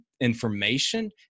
information